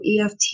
EFT